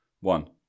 One